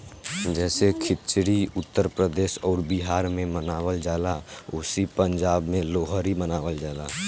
जैसे खिचड़ी उत्तर प्रदेश अउर बिहार मे मनावल जाला ओसही पंजाब मे लोहरी मनावल जाला